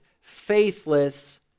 Faithless